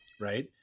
right